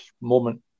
moment